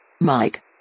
Mike